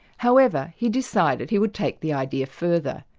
however he decided he would take the idea further,